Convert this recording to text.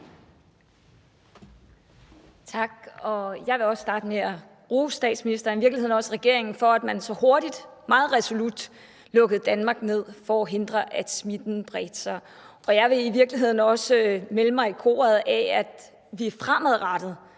Tak. Jeg vil også starte med at rose statsministeren og i virkeligheden også regeringen for, at man så hurtigt og meget resolut lukkede Danmark ned for at hindre, at smitten bredte sig. Jeg vil i virkeligheden også melde mig i det kor, der siger, at vi fremadrettet